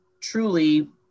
truly